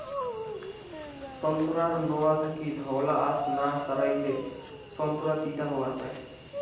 সোন্তোরার নোয়া থাকি ধওলা আশ না সারাইলে সোন্তোরা তিতা হবার পায়